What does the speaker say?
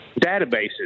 databases